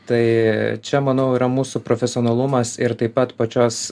tai čia manau yra mūsų profesionalumas ir taip pat pačios